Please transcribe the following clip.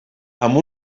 amb